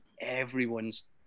everyone's